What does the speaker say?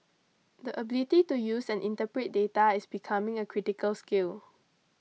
the ability to use and interpret dairy is becoming a critical skill